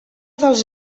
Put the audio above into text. dels